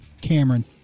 Cameron